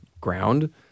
ground